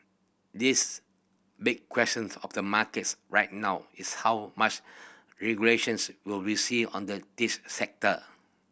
this big questions of the markets right now is how much regulations we will see on the tech sector